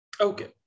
Okay